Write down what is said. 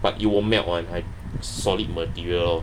but it won't melt [one] like solid material lor